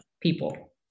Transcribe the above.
people